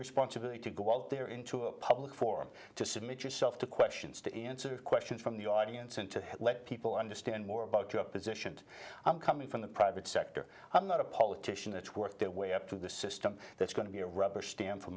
responsibility to go out there into a public forum to submit yourself to questions to answer questions from the audience and to let people understand more about your positions i'm coming from the private sector i'm not a politician that work their way up through the system that's going to be a rubber stamp for